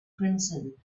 crimson